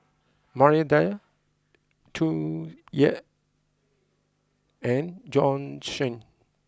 Maria Dyer Tsung Yeh and Bjorn Shen